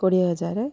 କୋଡ଼ିଏ ହଜାର